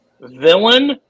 villain